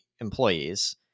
employees